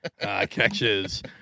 catches